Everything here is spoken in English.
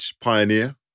pioneer